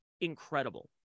incredible